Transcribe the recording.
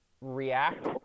react